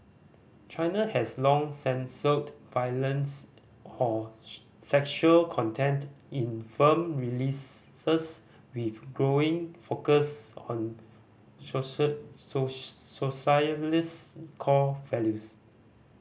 China has long censored violence or sexual content in film releases with growing focus on socialist core values